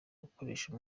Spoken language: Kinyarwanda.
dukoresha